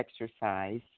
exercise